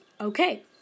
Okay